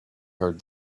heard